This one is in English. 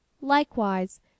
Likewise